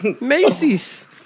Macy's